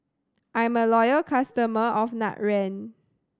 I'm a loyal customer of Nutren